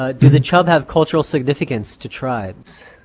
ah do the chub have cultural significance to tribes?